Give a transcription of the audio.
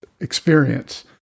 experience